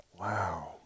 Wow